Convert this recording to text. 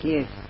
Yes